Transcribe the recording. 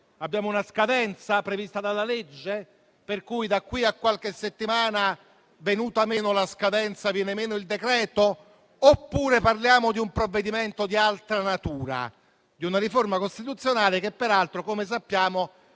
Abbiamo una scadenza prevista dalla legge, per cui da qui a qualche settimana, venuta meno la scadenza, viene meno il decreto? Oppure parliamo di un provvedimento di altra natura, ossia di una riforma costituzionale che peraltro, come sappiamo,